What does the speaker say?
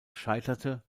scheiterte